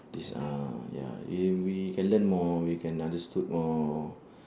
is ah ya in we can learn more we can understood more